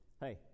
hey